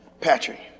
Patrick